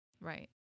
right